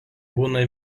būna